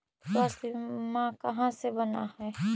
स्वास्थ्य बीमा कहा से बना है?